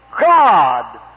God